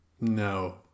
No